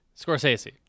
Scorsese